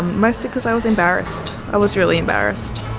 mostly because i was embarrassed. i was really embarrassed.